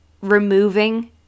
removing